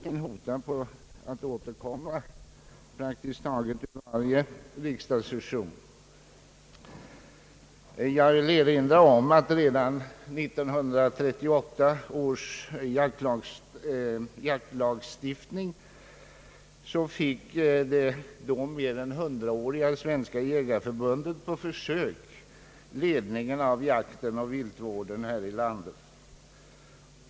Herr talman! Herr Helge Karlssons anförande föranledde mig att begära ordet för att ge en litet utförligare orientering i detta ärende, som hotar att återkomma varje år. Redan i 1938 års jaktlagstiftning fick det då redan mer än 100-åriga Svenska jägareförbundet på försök ledningen av jaktoch viltvården i landet.